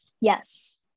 yes